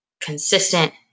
consistent